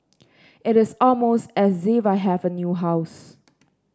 it is almost as if I have a new house